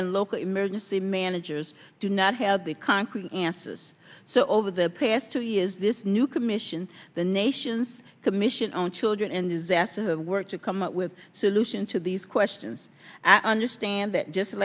and local emergency managers do not have the concrete answers so over the past two years this new commission the nation's commission on children and disaster work to come up with solutions to these questions and understand that just